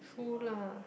true lah